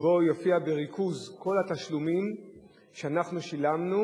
שבו יופיע ריכוז כל התשלומים שאנחנו שילמנו